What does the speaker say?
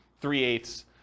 three-eighths